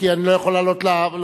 כי אני לא יכול לעלות לדוכן,